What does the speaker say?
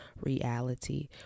reality